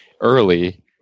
early